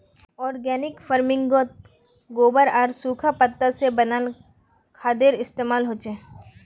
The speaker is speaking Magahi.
ओर्गानिक फर्मिन्गोत गोबर आर सुखा पत्ता से बनाल खादेर इस्तेमाल होचे